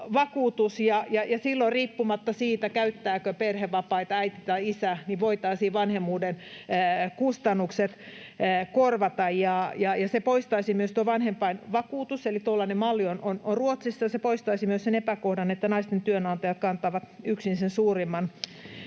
ja silloin riippumatta siitä, käyttääkö perhevapaita äiti vai isä, sillä voitaisiin korvata vanhemmuuden kustannukset. Vanhempainvakuutus — eli tuollainen malli on Ruotsissa — poistaisi myös sen epäkohdan, että naisten työnantajat kantavat yksin suurimman